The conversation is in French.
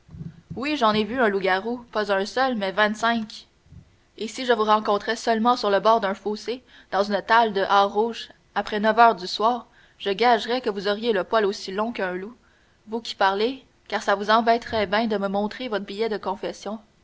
oui j'en ai vu un loup-garou pas un seul mais vingt-cinq et si je vous rencontrais seulement sur le bord d'un fossé dans une talle de hart rouge après neuf heures du soir je gagerais que vous auriez le poil aussi long qu'un loup vous qui parlez car ça vous embêterait ben de me montrer votre billet de confession